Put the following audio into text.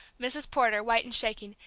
mrs. porter, white and shaking,